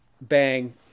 bang